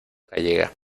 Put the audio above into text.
gallega